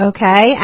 Okay